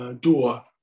door